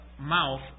Mouth